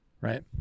right